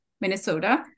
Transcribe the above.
minnesota